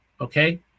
Okay